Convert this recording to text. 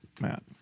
Matt